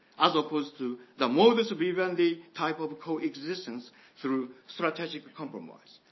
as opposed to the moves given the type of co-existence through strategic compromise.